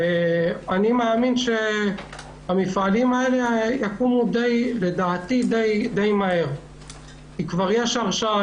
אני מאמין שהמפעלים האלה יקומו די מהר כי כבר יש הרשאה,